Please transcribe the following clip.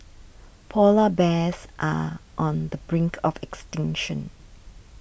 Polar Bears are on the brink of extinction